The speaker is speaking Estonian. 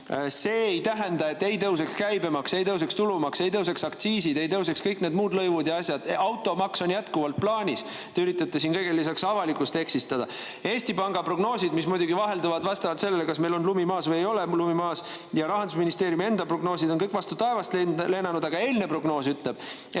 ei tähenda, et ei tõuse käibemaks, ei tõuse tulumaks, ei tõuse aktsiisid, ei tõuse kõik need lõivud ja muud asjad. Automaks on jätkuvalt plaanis. Te üritate siin kõigele lisaks avalikkust eksitada. Eesti Panga prognoosid, mis muidugi vahelduvad vastavalt sellele, kas meil on lumi maas või ei ole lumi maas, ja Rahandusministeeriumi enda prognoosid on kõik vastu taevast lennanud. Aga eilne prognoos ütleb,